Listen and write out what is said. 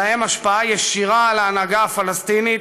שלהם השפעה ישירה על ההנהגה הפלסטינית,